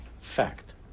Fact